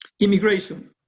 Immigration